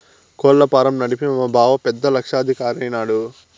కోళ్ల ఫారం నడిపి మా బావ పెద్ద లక్షాధికారైన నాడు